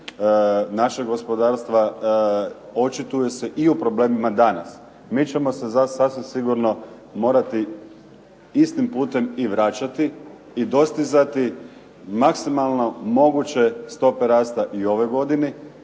našeg gospodarstva očituju se i u problemima danas. Mi ćemo se sasvim sigurno morati istim putem i vraćati i dostizati maksimalno moguće stope rasta i u ovoj godini